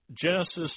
Genesis